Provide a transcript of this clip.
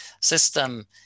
system